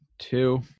two